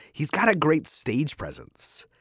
he's got a great stage presence.